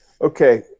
Okay